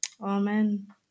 Amen